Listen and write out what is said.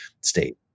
state